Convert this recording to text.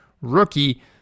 rookie